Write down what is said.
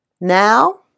Now